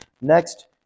Next